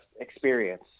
experience